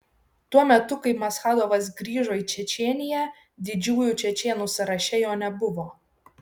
tuo metu kai maschadovas grįžo į čečėniją didžiųjų čečėnų sąraše jo nebuvo